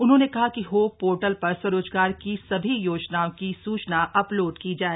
उन्होंने कहा कि होप पोर्टल पर स्वरोजगार की सभी योजनाओं की सूचना अपलोड की जाए